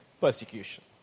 persecution